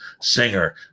Singer